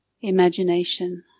imagination